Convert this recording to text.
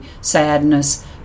sadness